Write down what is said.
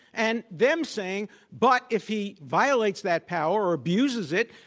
and them saying, but if he violates that power or abuses it,